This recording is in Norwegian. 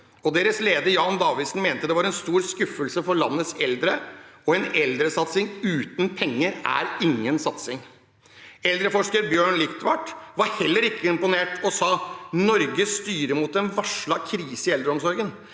deres leder, Jan Davidsen, mente det var en stor skuffelse for landets eldre og at en eldresatsing uten penger ikke var noen satsing. Eldreforsker Bjørn Lichtwarck var heller ikke imponert. Han sa: Norge styrer mot en varslet krise i eldreomsorgen,